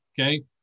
okay